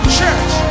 church